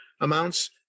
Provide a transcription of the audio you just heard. amounts